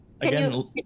Again